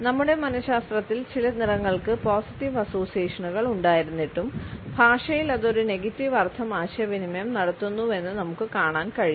നമ്മുടെ മനശാസ്ത്രത്തിൽ ചില നിറങ്ങൾക്ക് പോസിറ്റീവ് അസോസിയേഷനുകൾ ഉണ്ടായിരുന്നിട്ടും ഭാഷയിൽ അത് ഒരു നെഗറ്റീവ് അർത്ഥം ആശയവിനിമയം നടത്തുന്നുവെന്ന് നമുക്ക് കാണാൻ കഴിയും